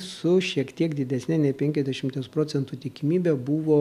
su šiek tiek didesne nei penkiasdešimties procentų tikimybe buvo